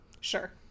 Sure